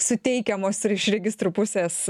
suteikiamos ir iš registrų pusės